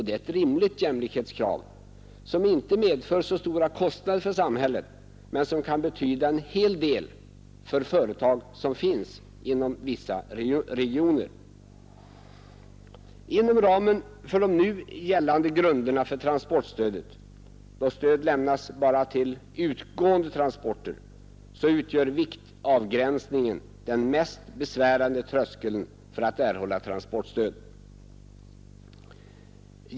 Det är ett rimligt jämlikhetskrav som inte medför så stora kostnader för samhället men som kan betyda en hel del för företag inom vissa regioner. Inom ramen för de nu gällande grunderna för transportstödet, då stöd lämnas bara till utgående transporter, utgör viktavgränsningen den mest besvärande tröskeln för erhållande av transportstöd.